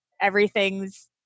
everything's